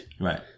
Right